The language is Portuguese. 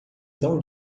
tão